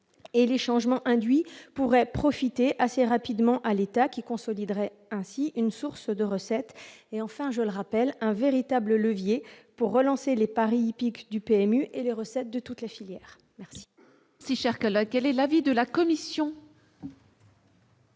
les changements induits pourraient profiter assez rapidement à l'État qui consoliderait ainsi une source de recettes et enfin je le rappelle, un véritable levier pour relancer les paris hippiques du PMU et les recettes de toute la filière, merci.